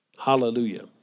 Hallelujah